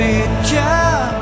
Picture